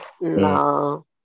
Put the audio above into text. No